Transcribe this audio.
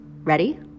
Ready